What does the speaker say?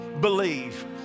believe